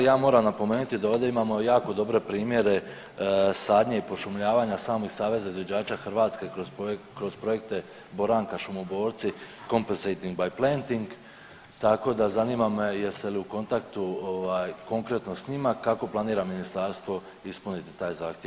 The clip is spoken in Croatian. Ja moram napomenuti da ovdje imamo jako dobre primjere sadnje i pošumljavanja samo iz Saveza izviđača Hrvatske kroz projekte Boranka, Šumoborci, CO2MPENSATING BY PLANTING, tako da zanima me jeste li u kontaktu konkretno s njima, kako planira Ministarstvo ispuniti taj zahtjev